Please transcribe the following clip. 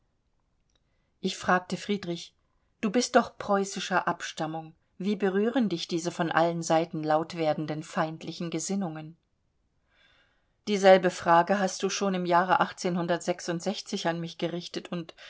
ich fragte friedrich du bist doch preußischer abstammung wie berühren dich diese von allen seiten laut werdenden feindlichen gesinnungen dieselbe frage hast du schon im jahre an mich gerichtet und